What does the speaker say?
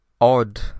odd